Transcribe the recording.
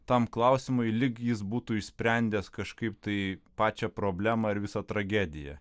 tam klausimui lyg jis būtų išsprendęs kažkaip tai pačią problemą ar visą tragediją